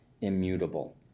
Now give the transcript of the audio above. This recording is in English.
immutable